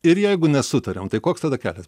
ir jeigu nesutariam tai koks tada kelias